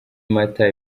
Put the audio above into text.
mata